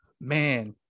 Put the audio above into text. man